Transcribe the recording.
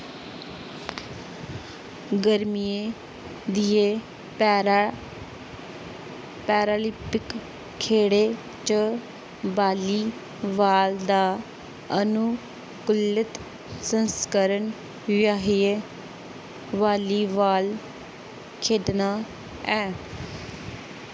गर्मियें दियें para Paralympic खेढें च वालीबाल दा अनुकूलत संस्करण बेहियै वालीबाल खेढना ऐ